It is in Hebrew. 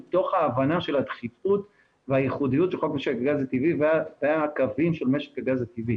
מתוך ההבנה של הדחיפות והייחודיות של חוק משק הגז הטבעי.